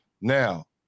Now